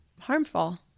harmful